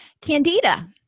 Candida